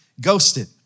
ghosted